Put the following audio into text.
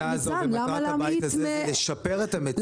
אבל מטרת הוועדה הזו ומטרת הבית הזה לשפר את המציאות,